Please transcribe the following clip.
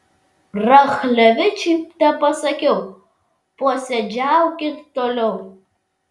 rachlevičiui tepasakiau posėdžiaukit toliau